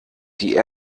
die